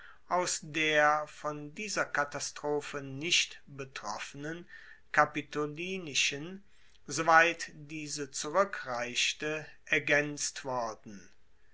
aus der von dieser katastrophe nicht betroffenen kapitolinischen so weit diese zurueckreichte ergaenzt worden